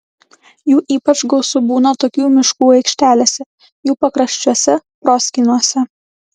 jų ypač gausu būna tokių miškų aikštelėse jų pakraščiuose proskynose